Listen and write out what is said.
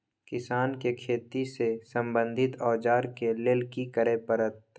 किसान के खेती से संबंधित औजार के लेल की करय परत?